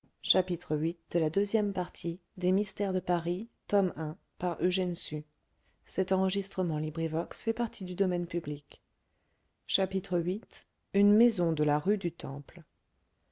temple viii une maison de la rue du temple